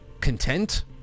Content